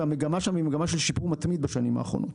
והמגמה שם היא מגמה של שיפור מתמיד בשנים האחרונות.